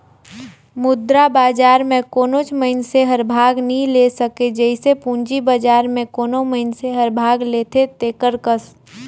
मुद्रा बजार में कोनोच मइनसे हर भाग नी ले सके जइसे पूंजी बजार में कोनो मइनसे हर भाग लेथे तेकर कस